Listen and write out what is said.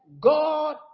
God